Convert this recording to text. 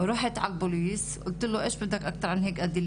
גם קואליציית ארגוני